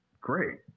Great